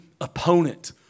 opponent